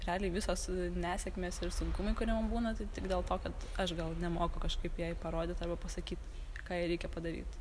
realiai visos nesėkmės ir sunkumai kurie mum būna tai tik dėl to kad aš gal nemoku kažkaip jai parodyt arba pasakyt ką jai reikia padaryt